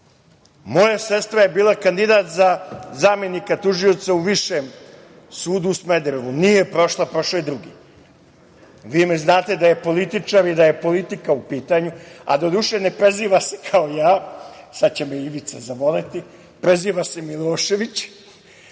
sestra je bila kandidat za zamenika tužioca u Višem sudu u Smederevu, nije prošla, prošao je drugi. Vi me znate, da je političar i da je politika u pitanju, a doduše ne preziva se kao ja, sada će me Ivica zavoleti, preziva se Milošević,